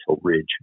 Ridge